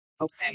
okay